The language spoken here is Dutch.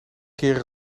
kirr